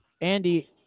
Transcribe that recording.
andy